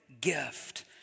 gift